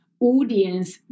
audience